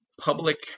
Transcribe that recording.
public